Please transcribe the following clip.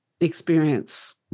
experience